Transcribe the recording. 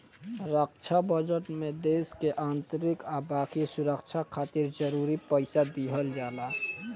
रक्षा budget में देश के आंतरिक आ बाकी सुरक्षा खातिर जरूरी पइसा दिहल जाला